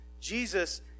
Jesus